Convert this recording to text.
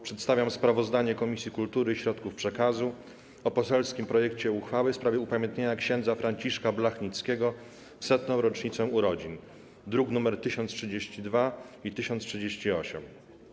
Przedstawiam sprawozdanie Komisji Kultury i Środków Przekazu o poselskim projekcie uchwały w sprawie upamiętnienia Księdza Franciszka Blachnickiego w 100. rocznicę urodzin, druki nr 1032 i 1038.